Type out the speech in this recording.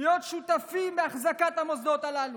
להיות שותפות בהחזקת המוסדות הללו,